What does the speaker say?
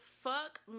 Fuck